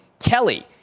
Kelly